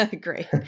Great